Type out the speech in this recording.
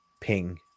ping